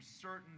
certain